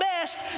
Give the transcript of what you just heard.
best